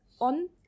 on